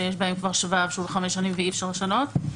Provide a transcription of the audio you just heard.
שיש בהם כבר שבב שהוא לחמש שנים ואי אפשר לשנות אותם,